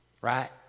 Right